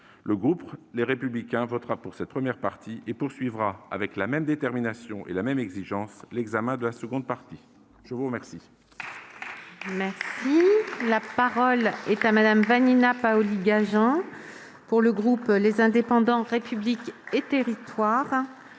Le groupe Les Républicains votera donc cette première partie et poursuivra, avec la même détermination et la même exigence, l'examen de la seconde. La parole est à Mme